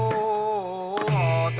o